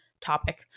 topic